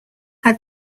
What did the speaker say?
had